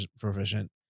proficient